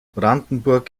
brandenburg